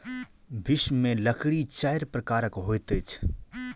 विश्व में लकड़ी चाइर प्रकारक होइत अछि